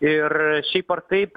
ir šiaip ar taip